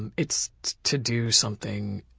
and it's to do something,